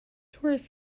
tourist